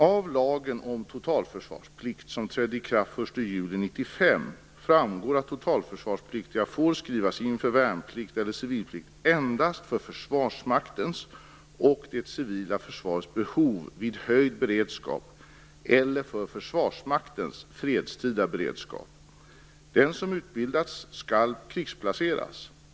Av lagen om totalförsvarsplikt, som trädde i kraft den 1 juli 1995, framgår att totalförsvarspliktiga får skrivas in för värnplikt eller civilplikt endast för Försvarsmaktens och det civila försvarets bethov vid höjd beredskap eller för Försvarsmaktens fredstida beredskap. Den som utbildats skall krigsplaceras.